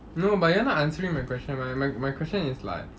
no but you're not answering my question m~ my my question is like